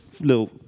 little